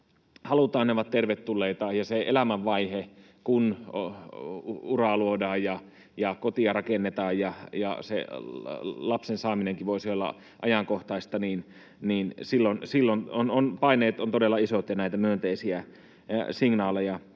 halutaan, ne ovat tervetulleita. Siinä elämänvaiheessa, kun uraa luodaan ja kotia rakennetaan ja se lapsen saaminenkin voisi olla ajankohtaista, paineet ovat todella isot, ja näitä myönteisiä signaaleja